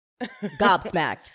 Gobsmacked